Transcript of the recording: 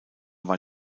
war